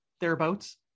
thereabouts